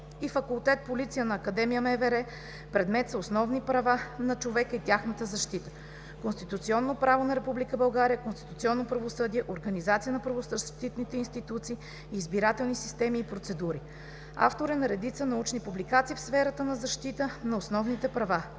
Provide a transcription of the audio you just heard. и Факултет „Полиция“ на Академия МВР предмет са основни права на човека и тяхната защита, конституционно право на Република България, конституционно правосъдие, организация на правозащитните институции и избирателни системи и процедури, автор е на редица научни публикации в сферата на защита на основните права.